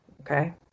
Okay